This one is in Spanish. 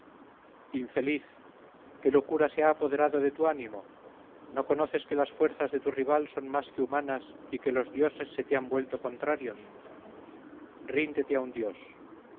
infeliz qué locura se ha apoderado de tu ánimo no conoces que las fuerzas de tu rival son más que humanas y que los dioses se te han vuelto contrarios ríndete a un dios